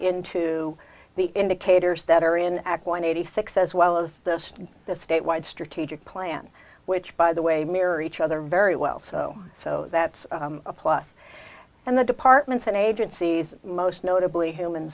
into the indicators that are in act one eighty six as well as the state wide strategic plan which by the way mirror each other very well so so that's a plus and the departments and agencies most notably human